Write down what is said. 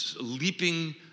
leaping